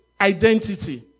identity